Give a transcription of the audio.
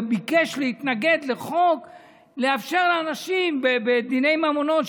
וביקש להתנגד לחוק שמאפשר לאנשים בדיני ממונות,